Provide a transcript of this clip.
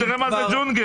תראה מה זה ג'ונגל.